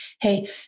Hey